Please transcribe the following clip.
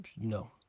No